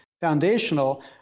foundational